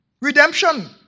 redemption